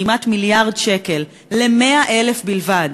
כמעט מיליארד שקל ל-100,000 בלבד,